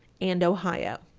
and ohio.